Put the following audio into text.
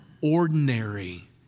ordinary